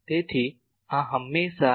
તેથી આ હંમેશાં I